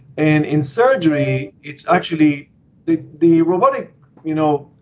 and in surgery, it's actually the the robotic you know